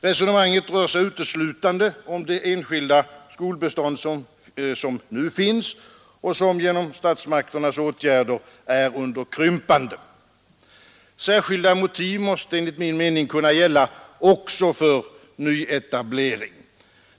Resonemanget rör sig uteslutande om det enskilda skolbestånd som nu finns och som genom statsmakternas åtgärder är under krympande. Särskilda motiv måste enligt min mening kunna gälla också för nyetablering.